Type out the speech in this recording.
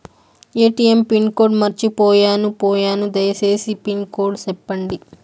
ATM pin code మర్చిపోయాను పోయాను దయసేసి పిన్ కోడ్ సెప్పండి?